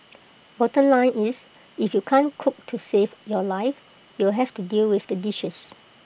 bottom line is if you can't cook to save your life you'll have to deal with the dishes